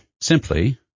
simply